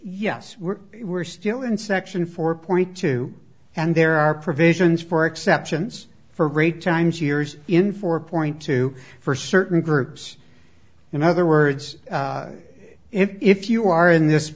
yes we're we're still in section four point two and there are provisions for exceptions for rape times years in four point two for certain groups in other words if you are in this